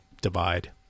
divide